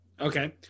Okay